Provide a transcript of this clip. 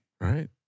right